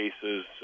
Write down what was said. cases